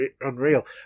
unreal